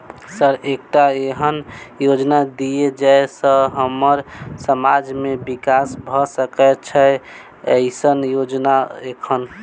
Sir एकटा एहन योजना दिय जै सऽ हम्मर समाज मे विकास भऽ सकै छैय एईसन योजना एखन?